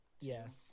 Yes